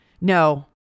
No